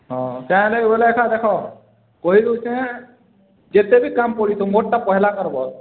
ହଁ ତାହେଲେ ଦେଖ୍ କହି ଦେଉଛେଁ ଯେତେବି କାମ୍ ପଡ଼ିଥାଉ ମୋର୍ଟା ପହେଲା କରବ୍